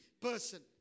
person